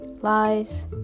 Lies